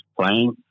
playing